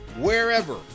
wherever